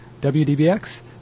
WDBX